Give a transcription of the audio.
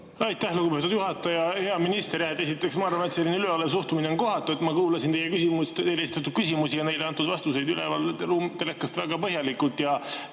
Aitäh, lugupeetud juhataja! Hea minister! Esiteks ma arvan, et selline üleolev suhtumine on kohatu. Ma kuulasin teile esitatud küsimusi ja neile antud vastuseid üleval telekast väga põhjalikult.